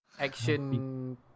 Action